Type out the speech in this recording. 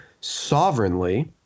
sovereignly